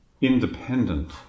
independent